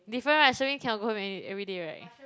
different right cannot go home every everyday [right]